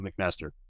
McMaster